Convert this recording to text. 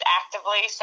actively